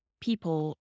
people